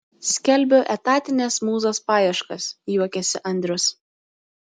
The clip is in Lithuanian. skelbiu etatinės mūzos paieškas juokiasi andrius